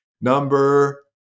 number